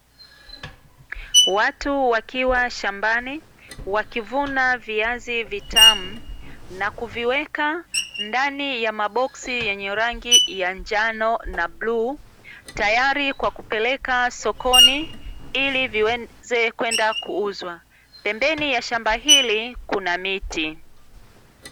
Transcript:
Watu wakiwa shambani wakivuna viazi vitamu na kuviweka ndani ya maboksi yenye rangi ya njano na bluu, tayari kwa kupeleka sokoni ili viweze kwenda kuuzwa. Pembeni ya shamba hili kuna miti.